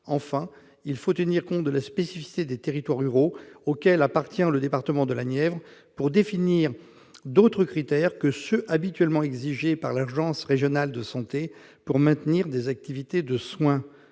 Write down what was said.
Enfin, il faut tenir compte de la spécificité des territoires ruraux auxquels appartient le département de la Nièvre pour définir d'autres critères que ceux qui sont habituellement exigés par l'agence régionale de santé en vue de maintenir des activités de soins.